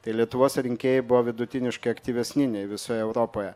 tai lietuvos rinkėjai buvo vidutiniškai aktyvesni nei visoje europoje